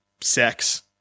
sex